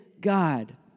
God